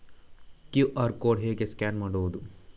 QR code ಹೇಗೆ scan ಮಾಡುವುದು?